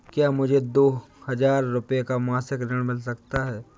क्या मुझे दो हजार रूपए का मासिक ऋण मिल सकता है?